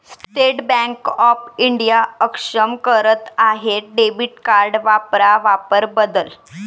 state bank of India अक्षम करत आहे डेबिट कार्ड वापरा वापर बदल